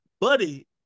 buddy